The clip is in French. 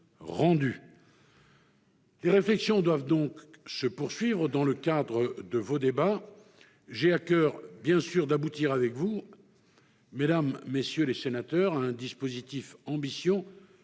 Les réflexions doivent donc se poursuivre dans le cadre de vos débats. J'ai à coeur d'aboutir avec vous, mesdames, messieurs les sénateurs, à un dispositif ambitieux,